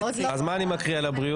עוד לא --- אז מה אני מקריא על הבריאות?